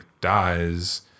dies